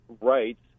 rights